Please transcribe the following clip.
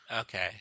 Okay